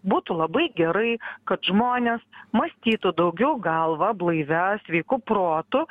būtų labai gerai kad žmonės mąstytų daugiau galva blaivia sveiku protu